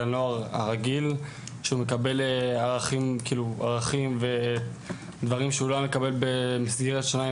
לנוער הרגיל שהוא מקבל ערכים ודברים שהוא לא היה מקבל במסגרת שונה.